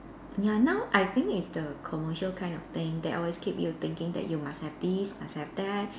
ya now I think it's the commercial kind of thing that always keep you thinking that you must have this must have that